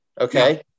okay